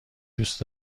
دوست